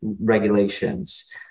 regulations